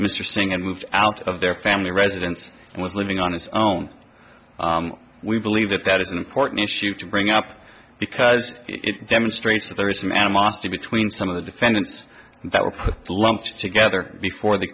mr singh and moved out of their family residence and was living on his own we believe that that isn't courtney issue to bring up because it demonstrates that there is some animosity between some of the defendants that were lumped together before the